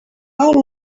how